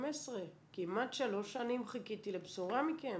כמעט שלוש שנים חיכיתי לבשורה מכם